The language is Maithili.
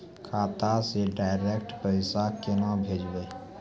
खाता से डायरेक्ट पैसा केना भेजबै?